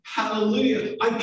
Hallelujah